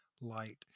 light